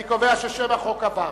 אני קובע ששם החוק עבר.